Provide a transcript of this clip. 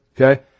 okay